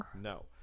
No